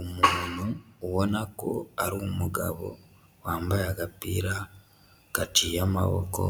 Umuntu ubona ko ari umugabo, wambaye agapira gaciye amaboko,